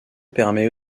permet